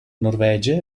norvegia